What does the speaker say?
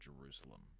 Jerusalem